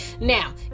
now